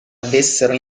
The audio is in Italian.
avessero